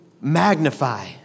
magnify